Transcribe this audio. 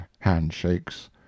handshakes